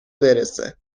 برسه